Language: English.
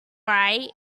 right